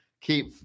keep